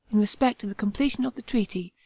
in respect to the completion of the treaty,